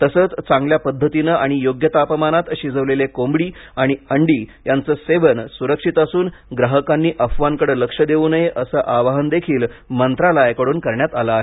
तसचं चांगल्या पद्धतीने आणि योग्य तापमानात शिजवलेले कोंबडी आणि अंडी यांचे सेवन सुरक्षित असून ग्राहकांनी अफवांकडे लक्ष देवू नये असं आवाहनदेखील मंत्रालयाकडून करण्यात आलं आहे